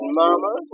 mama